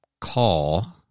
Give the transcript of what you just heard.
call